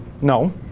No